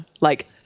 Like-